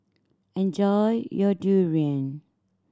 enjoy your durian